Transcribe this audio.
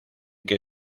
que